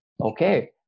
okay